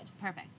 perfect